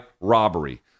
robbery